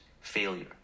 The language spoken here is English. failure